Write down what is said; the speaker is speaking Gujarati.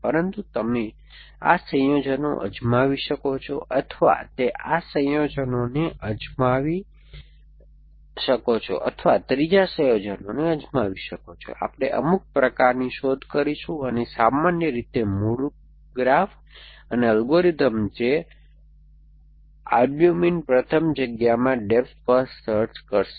પરંતુતમે આ સંયોજનોને અજમાવી શકો છો અથવા તે આ સંયોજનોને અજમાવી શકો છો અથવા ત્રીજા સંયોજનને અજમાવી શકો છો આપણે અમુક પ્રકારની શોધ કરીશું અને સામાન્ય રીતે મૂળ ગ્રાફ અને અલ્ગોરિધમ જે આલ્બ્યુમિન પ્રથમ જગ્યામાં ડેપ્થ ફર્સ્ટ સર્ચ થશે